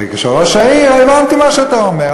וכראש העיר, הבנתי מה שאתה אומר.